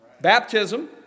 Baptism